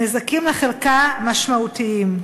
הנזקים לחלקה משמעותיים.